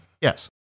Yes